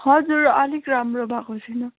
हजुर अलिक राम्रो भएको छुइनँ